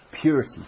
Purity